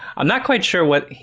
i'm not quite sure what?